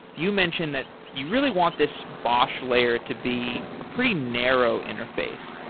you mentioned that you really want this bosh layer to be a pretty narrow interface.